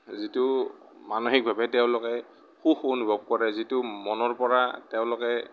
যিটো মানসিকভাৱে তেওঁলোকে সুখ অনুভৱ কৰে যিটো মনৰ পৰা তেওঁলোকে